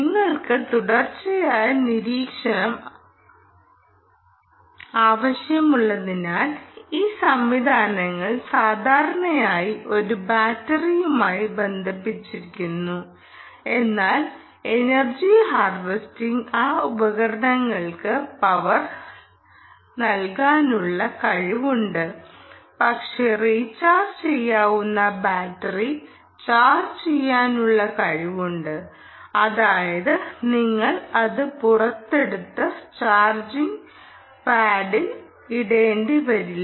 നിങ്ങൾക്ക് തുടർച്ചയായ നിരീക്ഷണം ആവശ്യമുള്ളതിനാൽ ഈ സംവിധാനങ്ങൾ സാധാരണയായി ഒരു ബാറ്ററിയുമായി ബന്ധപ്പെട്ടിരിക്കുന്നു എന്നാൽ എനർജി ഹാർവെസ്റ്റിഗിന് ആ ഉപകരണങ്ങൾക്ക് പവർ നൽകാനുള്ള കഴിവുണ്ട് പക്ഷേ റീചാർജ് ചെയ്യാവുന്ന ബാറ്ററി ചാർജ് ചെയ്യാനുള്ള കഴിവുണ്ട് അതായത് നിങ്ങൾ അത് പുറത്തെടുത്ത് ചാർജിംഗ് പോഡിൽ ഇടേണ്ടി വരില്ല